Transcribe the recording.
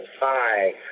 hi